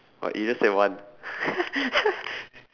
but you just said one